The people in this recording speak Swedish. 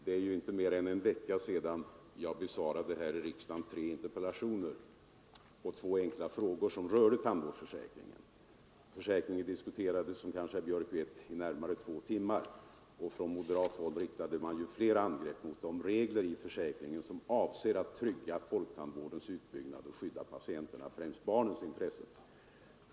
Det är inte mer än en vecka sedan jag här i riksdagen besvarade tre interpellationer och två enkla frågor som rörde tandvårdsförsäkringen. Försäkringen diskuterades, som herr Björck kanske vet, i närmare två timmar, och från moderat håll riktade man flera angrepp mot de regler i försäkringen som avser att trygga folktandvårdens utbyggnad och skydda patienternas, främst barnens, intressen.